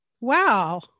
Wow